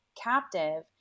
captive